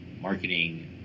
marketing